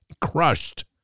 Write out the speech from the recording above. Crushed